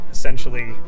essentially